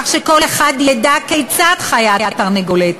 כך שכל אחד ידע כיצד חיה התרנגולת,